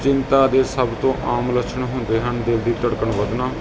ਚਿੰਤਾ ਦੇ ਸਭ ਤੋਂ ਆਮ ਲੱਛਣ ਹੁੰਦੇ ਹਨ ਦਿਲ ਦੀ ਧੜਕਣ ਵਧਣਾ